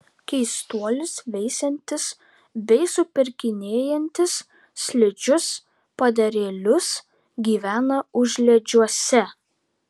keistuolis veisiantis bei supirkinėjantis slidžius padarėlius gyvena užliedžiuose